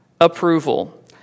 approval